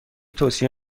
توصیه